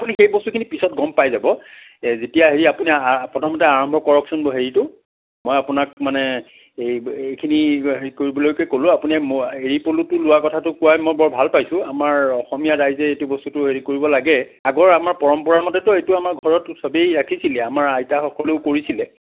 আপুনি সেই বস্তুখিনি পিছত গম পাই যাব এ যেতিয়া হেৰি আপুনি প্ৰথমতে আৰম্ভ কৰকচোন হেৰিটো মই আপোনাক মানে এই এইখিনি হেৰি কৰিবলৈকে ক'লোঁ আপুনি এৰী পলুটো লোৱা কথাটো কোৱাই মই বৰ ভাল পাইছোঁ আমাৰ অসমীয়া ৰাইজে এইটো বস্তুটো হেৰি কৰিব লাগে আগৰ আমাৰ পৰম্পৰা মতেতো এইটো আমাৰ ঘৰত সবেই ৰাখিছিলে আমাৰ আইতাসকলেও কৰিছিলে